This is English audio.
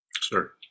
Sir